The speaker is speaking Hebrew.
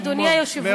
אדוני היושב-ראש.